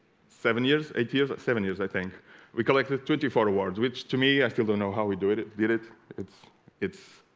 seven years eight years seven years i think we collected twenty four words which to me i still don't know how we do it it did it it's it's